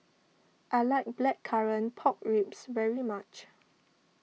I like Blackcurrant Pork Ribs very much